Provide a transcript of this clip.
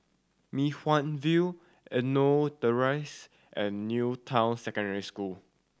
Mei Hwan View Euno Terrace and New Town Secondary School